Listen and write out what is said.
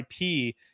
IP